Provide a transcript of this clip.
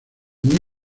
muy